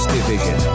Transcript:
Division